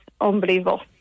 unbelievable